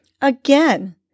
Again